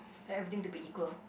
like everything to be equal